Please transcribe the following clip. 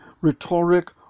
rhetoric